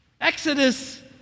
Exodus